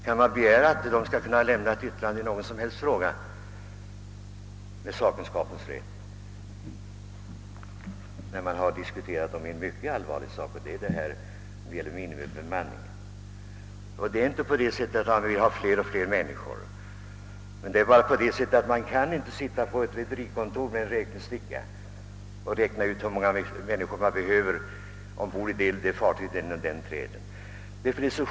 Kan man då begära att den med sakkunskapens rätt skall kunna avge ett yttrande i någon som helst fråga? Man kan inte sitta på ett rederikontor med en räknesticka och räkna ut hur många personer man behöver ombord på det eller det fartyget på den eller den traden.